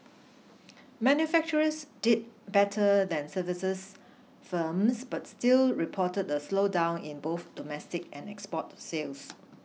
manufacturers did better than services firms but still reported the slowdown in both domestic and export sales